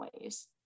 ways